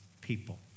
people